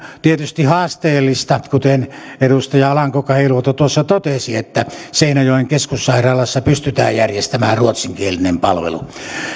tietysti haasteellista kuten edustaja alanko kahiluoto tuossa totesi että seinäjoen keskussairaalassa pystytään järjestämään ruotsinkielinen palvelu